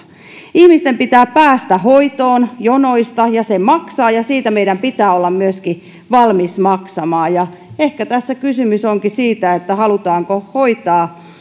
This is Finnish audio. ihmisten pitää päästä hoitoon jonoista ja se maksaa ja siitä meidän pitää olla myöskin valmis maksamaan ehkä tässä kysymys onkin siitä halutaanko hoitaa